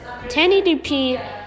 1080p